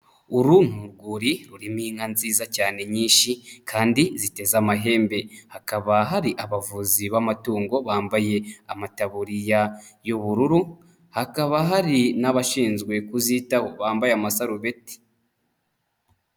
Uru ni urwuri rurimo inka nziza cyane nyinshi kandi ziteze amahembe. Hakaba hari abavuzi b'amatungo bambaye amataburiya y'ubururu, hakaba hari n'abashinzwe kuzitaho bambaye amasarubeti.